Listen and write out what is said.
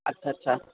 अच्छा अच्छा